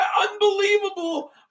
unbelievable